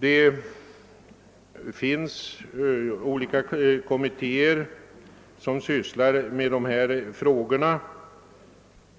Det finns olika kommittéer som arbetar med dessa frågor.